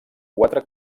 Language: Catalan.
quatre